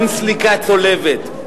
אין סליקה צולבת,